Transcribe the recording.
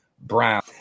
Brown